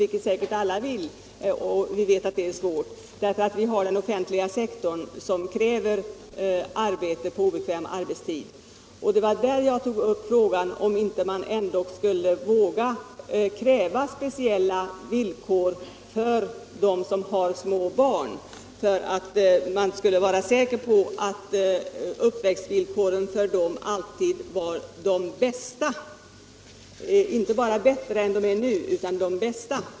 Det vill vi väl alla. Men vi vet att det är svårt, därför att den offentliga sektorn kräver arbete på obekväm arbetstid. Och det var där jag tog upp frågan om man ändå inte skulle våga kräva speciella villkor för föräldrar med små barn, så att vi kan vara säkra på att uppväxtvillkoren för barnen alltid är de bästa —- alltså inte bara bättre än de är nu utan de bästa.